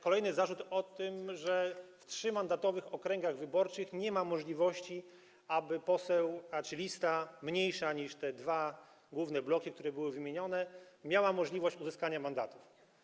Kolejny zarzut dotyczy tego, że w trzymandatowych okręgach wyborczych nie ma możliwości, aby lista mniejsza niż te dwa główne bloki, które były wymienione, miała możliwość uzyskania mandatów.